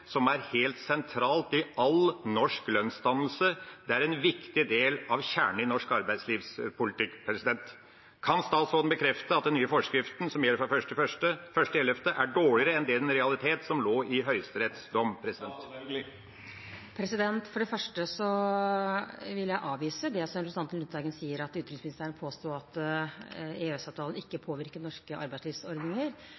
som er helt sentralt i all norsk lønnsdannelse. Det er en viktig del av kjernen i norsk arbeidslivspolitikk. Kan statsråden bekrefte at den nye forskriften, som gjelder fra 1. november, er dårligere enn det som var realiteten i Høyesteretts dom? For det første vil jeg avvise det som representanten Lundteigen sier om at utenriksministeren påsto at EØS-avtalen ikke